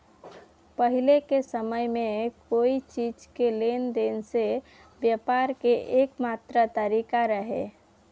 पाहिले के समय में कोई चीज़ के लेन देन से व्यापार के एकमात्र तारिका रहे